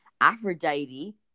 Aphrodite